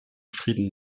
frieden